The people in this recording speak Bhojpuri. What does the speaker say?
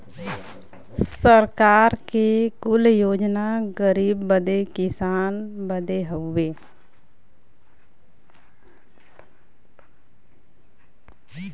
सरकार के कुल योजना गरीब बदे किसान बदे हउवे